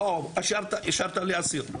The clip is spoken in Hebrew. אישרת לאסיר.